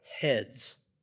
heads